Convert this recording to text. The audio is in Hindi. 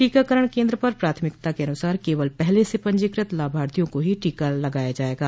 टीकाकरण केन्द्र पर प्राथमिकता के अनुसार केवल पहले से पंजीकृत लाभार्थियों को ही टीका लगाया जाएगा